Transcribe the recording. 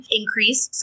increase